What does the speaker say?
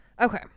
Okay